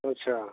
अच्छा